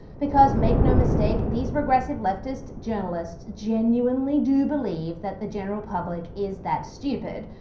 because make no mistake, these regressive leftist journalists, genuinely do believe that the general public is that stupid.